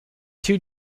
two